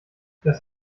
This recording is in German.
das